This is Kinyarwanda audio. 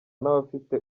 n’abafite